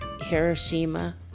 Hiroshima